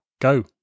go